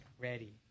ready